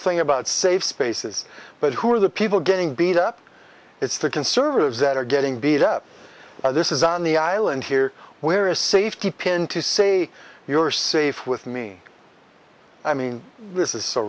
thing about safe spaces but who are the people getting beat up it's the conservatives that are getting beat up this is on the island here where a safety pin to say you're safe with mean i mean this is so